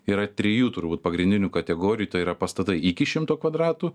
yra trijų turbūt pagrindinių kategorijų tai yra pastatai iki šimto kvadratų